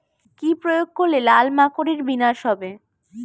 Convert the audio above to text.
কি প্রয়োগ করলে লাল মাকড়ের বিনাশ হবে?